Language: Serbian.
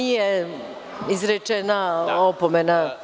Nije izrečena opomena.